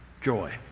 joy